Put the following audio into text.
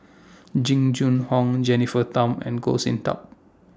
Jing Jun Hong Jennifer Tham and Goh Sin Tub